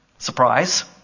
Surprise